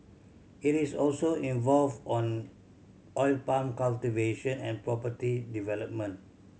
it is also involved on oil palm cultivation and property development